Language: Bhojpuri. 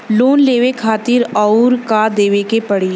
लोन लेवे खातिर अउर का देवे के पड़ी?